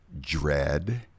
Dread